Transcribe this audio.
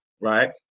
right